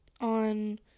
on